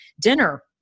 dinner